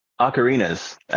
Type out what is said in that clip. ocarinas